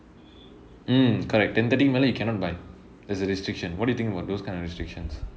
mm correct ten thirty கு மேலே:ku melae you cannot buy there's a restriction what do you think about those kind of restrictions